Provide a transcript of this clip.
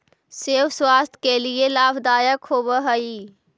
सेब स्वास्थ्य के लगी लाभदायक होवऽ हई